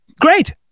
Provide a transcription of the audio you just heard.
great